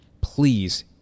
please